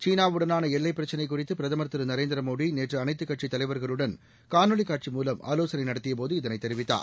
சீனா வுடனான எல்லைப் பிரச்சினை குறித்து பிரதமர் திரு நரேந்திரமோடி நேற்று அனைத்துக் கட்சித் தலைவர்களுடன் காணொலிக் காட்சி மூலம் ஆலோசனை நடத்தியபோது இதனைத் தெரிவித்தார்